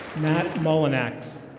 matt mollenax.